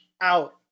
out